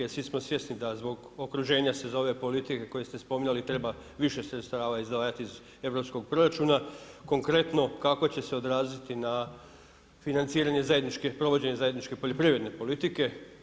Svi smo svjesni da zbog okruženja ove politike koju ste spominjali treba više sredstava izdvajati iz europskog proračuna, konkretno, kako će se odraziti na financiranje zajedničke, provođenje zajedničke poljoprivredne politike.